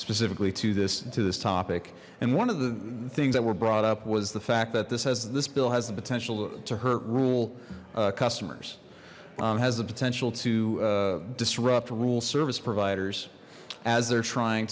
specifically to this to this topic and one of the things that were brought up was the fact that this has this bill has the potential to hurt rural customers has the potential to disrupt rural service providers as they're trying